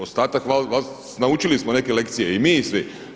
Ostatak valjda, naučili smo neke lekcije i mi i svi.